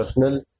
personal